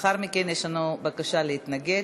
לאחר מכן יש לנו בקשה להתנגד.